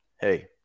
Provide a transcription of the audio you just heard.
hey